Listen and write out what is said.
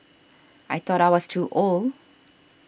I thought I was too old